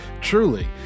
truly